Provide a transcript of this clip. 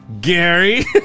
Gary